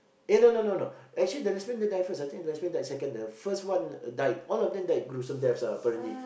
eh no no no no actually the lesbian didn't die first I think the lesbian died second the first one died all of them died gruesomely deaths ah apparently